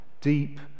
deep